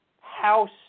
House